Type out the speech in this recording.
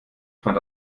fand